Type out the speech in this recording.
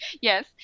Yes